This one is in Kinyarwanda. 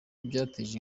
byateje